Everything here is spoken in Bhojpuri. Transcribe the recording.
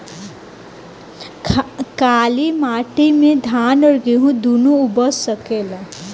काली माटी मे धान और गेंहू दुनो उपज सकेला?